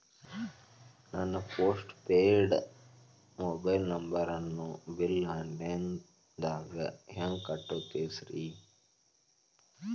ನನ್ನ postpaid mobile ನಂಬರನ್ನು bill online ದಾಗ ಹೆಂಗ್ ಕಟ್ಟೋದು ತಿಳಿಸ್ರಿ